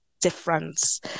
difference